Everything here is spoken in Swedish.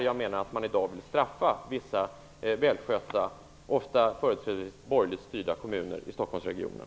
Jag menar att man i dag vill straffa vissa välskötta, företrädesvis borgerligt styrda kommuner i Stockholmsregionen.